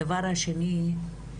הדבר השני,